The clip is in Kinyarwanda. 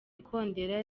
ikondera